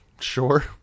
Sure